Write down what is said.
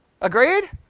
Agreed